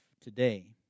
today